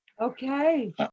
Okay